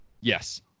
Yes